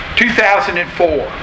2004